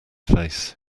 face